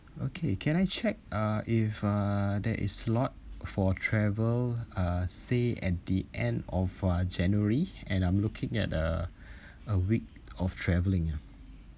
okay can I check uh if uh there is slot for travel uh say at the end of (uh)january and I'm looking at uh a week of travelling ah